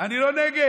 אני לא נגד.